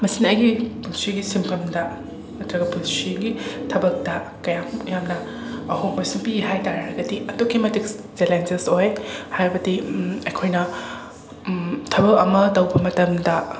ꯃꯁꯤꯅ ꯑꯩꯒꯤ ꯄꯨꯟꯁꯤꯒꯤ ꯁꯤꯟꯐꯝꯗ ꯅꯠꯇ꯭ꯔꯒ ꯄꯨꯟꯁꯤꯒꯤ ꯊꯕꯛꯇ ꯀꯌꯥꯃꯨꯛ ꯌꯥꯝꯅ ꯑꯍꯣꯡꯕꯁꯤ ꯄꯤ ꯍꯥꯏꯇꯥꯔꯒꯗꯤ ꯑꯗꯨꯛꯀꯤ ꯃꯇꯤꯛ ꯆꯦꯂꯦꯟꯖꯦꯁ ꯑꯣꯏ ꯍꯥꯏꯕꯗꯤ ꯑꯩꯈꯣꯏꯅ ꯊꯕꯛ ꯑꯃ ꯇꯧꯕ ꯃꯇꯝꯗ